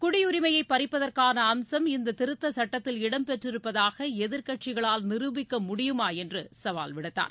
குடியுரிமையை பறிப்பதற்கான அம்சம் இந்த திருத்த சட்டத்தில் இடம் பெற்றிருப்பதாக எதிர்க்கட்சிகளால் நிரூபிக்க முடியுமா என்று அவர் சவால் விடுத்தார்